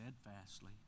steadfastly